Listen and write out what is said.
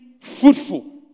fruitful